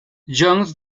jones